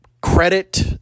credit